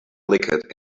liquid